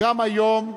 גם היום,